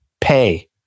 Pay